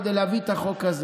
כדי להביא את החוק הזה,